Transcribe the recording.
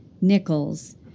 Nichols